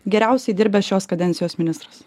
geriausiai dirbęs šios kadencijos ministras